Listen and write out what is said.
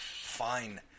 Fine